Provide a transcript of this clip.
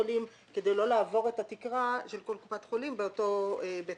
כדי לא לעבור את התקרה של כל קופת חולים באותו בית